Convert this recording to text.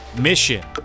mission